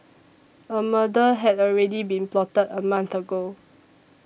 a murder had already been plotted a month ago